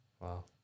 wow